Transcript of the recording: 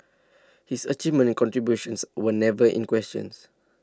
his achievements and contributions were never in questions